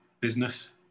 business